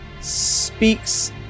speaks